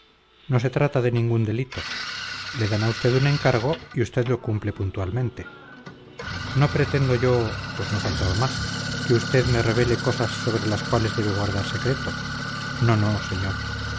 no se trata de ningún delito le dan a usted un encargo y usted lo cumple puntualmente no pretendo yo pues no faltaba más que usted me revele cosas sobre las cuales debe guardar secreto no no señor